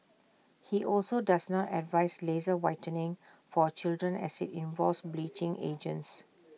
he also does not advise laser whitening for children as IT involves bleaching agents